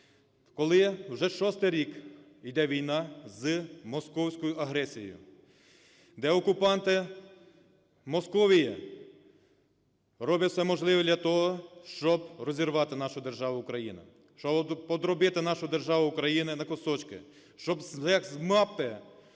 Коли вже шостий рік іде війна з московською агресією, де окупанти Московії роблять все можливе для того, щоб розірвати нашу державу Україна, щоб подробити нашу державу Україна на кусочки, щоб як з мапи